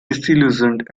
disillusioned